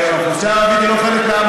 האוכלוסייה הערבית היא לא חלק מהחוק הזה.